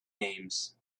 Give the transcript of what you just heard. names